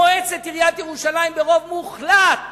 מועצת עיריית ירושלים החליטה ברוב מוחלט